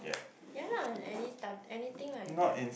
ya lah anyt~ anything lah if they are